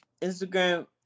Instagram